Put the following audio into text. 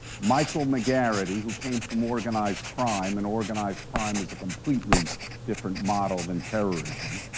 michael mcgarrity who came from organized crime, and organized crime is a completely different model than terrorism.